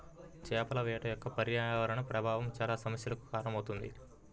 చేపల వేట యొక్క పర్యావరణ ప్రభావం చాలా సమస్యలకు కారణమవుతుంది